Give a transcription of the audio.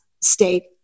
state